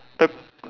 the